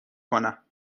کنم